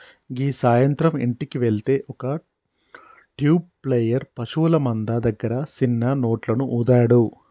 గీ సాయంత్రం ఇంటికి వెళ్తే ఒక ట్యూబ్ ప్లేయర్ పశువుల మంద దగ్గర సిన్న నోట్లను ఊదాడు